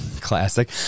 Classic